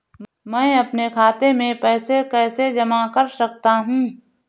मैं अपने खाते में पैसे कैसे जमा कर सकता हूँ?